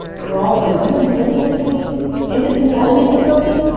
for all the women living at the independent living facility?